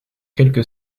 quelque